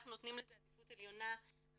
אנחנו נותנים לזה עדיפות עליונה --- אני